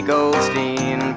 Goldstein